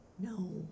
No